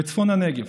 בצפון הנגב.